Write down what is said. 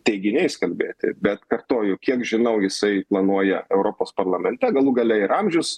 teiginiais kalbėti bet kartoju kiek žinau jisai planuoja europos parlamente galų gale ir amžius